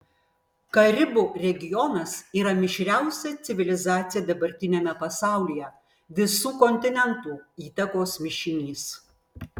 karibų regionas yra mišriausia civilizacija dabartiniame pasaulyje visų kontinentų įtakos mišinys